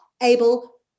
able